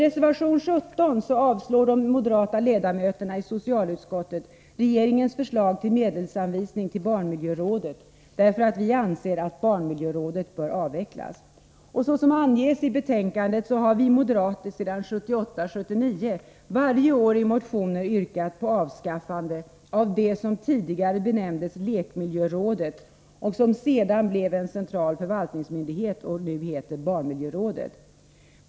I reservation 17 avstyrker de moderata ledamöterna i socialutskottet regeringens förslag till medelsanvisning till barnmiljörådet, därför att vi anser att barnmiljörådet bör avvecklas. Såsom anges i betänkandet har vi moderater sedan 1978/79 varje år i motioner yrkat på avskaffande av det som tidigare benämndes lekmiljörådet och som sedan blev en central förvaltningsmyndighet och nu heter barnmiljörådet.